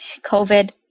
COVID